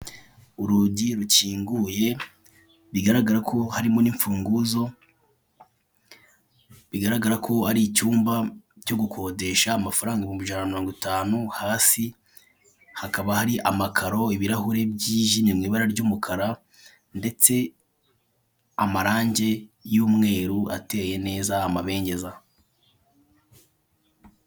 Urugi rukinguye bigaragara ko harimo urufunguzo, bigaragara ko ari icyumba cyo gukodesha amafaranaga ibihumbi ijana na mirongo itanu, hasi hakaba hari amakaro, ibirahuri byijimye mu ibara ry'umukara, ndetse amarange y'umweru ateye neza amabengeza.